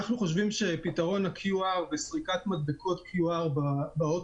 אנחנו חושבים שפתרון ה QR בסריקת מדבקות QR באוטובוס